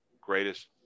greatest